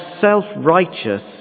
self-righteous